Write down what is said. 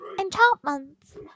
Enchantments